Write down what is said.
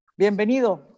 bienvenido